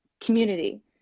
community